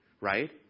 right